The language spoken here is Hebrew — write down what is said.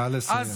נא לסיים.